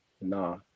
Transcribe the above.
nah